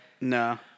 No